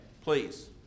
please